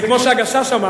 זה כמו שהגשש אמר,